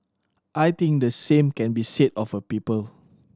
I think the same can be said of a people